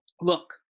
look